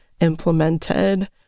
implemented